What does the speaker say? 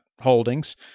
holdings